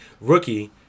rookie